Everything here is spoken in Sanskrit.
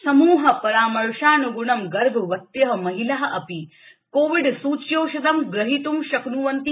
समूहपरामर्शानुग्रणं गर्भवत्य महिला अपि कोविड सूच्यौषधं ग्रहीतं शक्न्वन्ति